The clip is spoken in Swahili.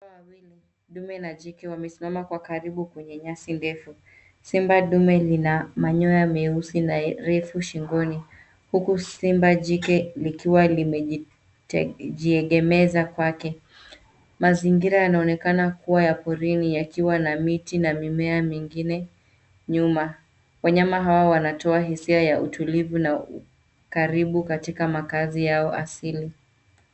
Simba wawili, dume na jike wamesimama kwa karibu kwenye nyasi ndefu. Simba dume lina manyoya marefu meusi shingoni huku simba jike likiwa limejiegemeza kwake. Mazingira yanaonekana kuwa ya porini yakiwa na miti na mimea mingine nyuma. Wanyama hawa wanatoa hisia ya utulivu na ukaribu katika makazi yao asili.